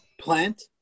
Plant